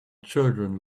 children